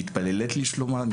מתפללת לשלומן,